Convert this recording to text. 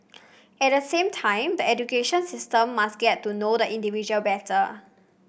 at the same time the education system must get to know the individual better